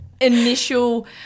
initial